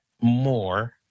more